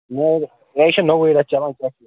یہِ حظ چھُ نوٚوٕے رٮ۪تھ چَلان